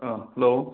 ꯑꯥ hello